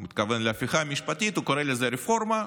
הוא מתכוון להפיכה המשפטית, הוא קורא לזה רפורמה,